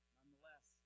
Nonetheless